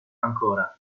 ancora